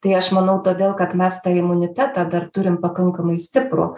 tai aš manau todėl kad mes tą imunitetą dar turim pakankamai stiprų